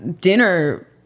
dinner